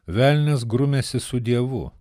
velnias grumiasi su dievu